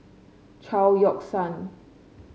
Chao Yoke San